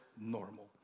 normal